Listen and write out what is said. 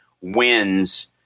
wins